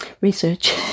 Research